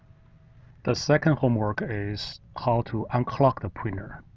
the second homework is how to unclog the printer.